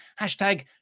hashtag